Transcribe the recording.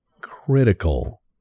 critical